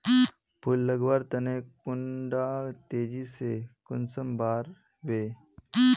फुल लगवार तने कुंडा तेजी से कुंसम बार वे?